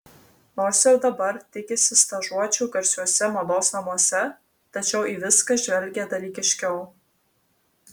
nors ir dabar tikisi stažuočių garsiuose mados namuose tačiau į viską žvelgia dalykiškiau